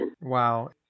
Wow